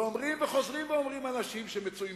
ואומרים וחוזרים ואומרים אנשים שמצויים